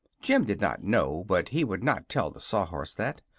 jim did not know, but he would not tell the sawhorse that.